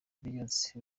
beyonce